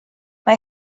mae